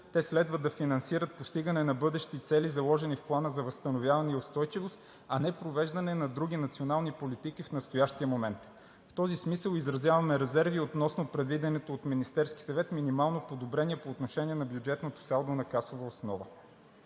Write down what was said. те следва да финансират постигане на бъдещи цели, заложени в Плана за възстановяване и устойчивост, а не провеждане на други национални политики в настоящия момент. В този смисъл изразяваме резерви относно предвидените от Министерския съвет минимални подобрения по отношение на бюджетното салдо на касова основа.